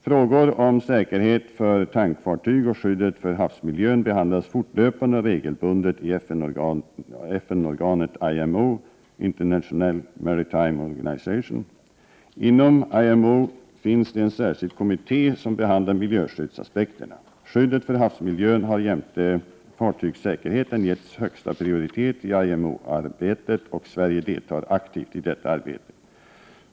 Frågor om säkerhet för tankfartyg och skyddet för havsmiljön behandlas fortlöpande och regelbundet i FN-organet IMO . Inom IMO finns det en särskild kommitté som behandlar miljöskyddsaspekterna. Skyddet för havsmiljön har jämte fartygssäkerheten getts högsta prioritet i IMO-arbetet, och Sverige deltar aktivt i detta arbete.